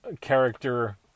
character